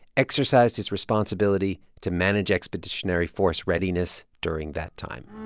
exercised his responsibility to manage expeditionary force readiness during that time.